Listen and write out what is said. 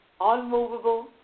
unmovable